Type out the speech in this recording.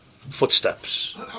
footsteps